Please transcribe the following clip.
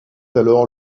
alors